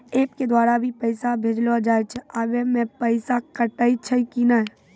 App के द्वारा भी पैसा भेजलो जाय छै आबै मे पैसा कटैय छै कि नैय?